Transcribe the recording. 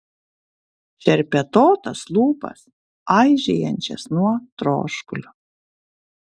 šerpetotas lūpas aižėjančias nuo troškulio